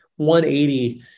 180